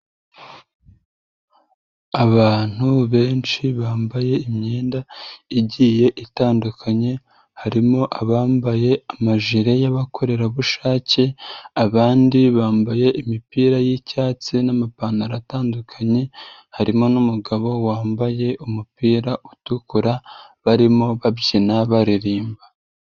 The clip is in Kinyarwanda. Abantu benshi bambaye imyenda igiye itandukanye harimo abambaye amajire y'abakorerabushake, abandi bambaye imipira y'icyatsi n'amapantaro atandukanye, harimo n'umugabo wambaye umupira utukura, barimo babyina baririmba.